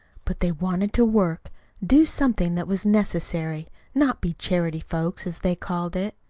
but they wanted to work do something that was necessary not be charity folks, as they called it.